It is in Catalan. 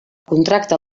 contracte